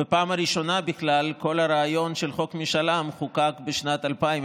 בפעם הראשונה בכלל כל הרעיון של חוק משאל עם חוקק בשנת 2000,